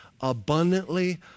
abundantly